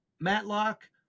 Matlock